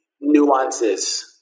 nuances